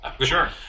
Sure